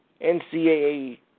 NCAA